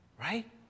Right